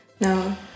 No